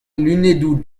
lunedoù